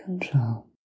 Control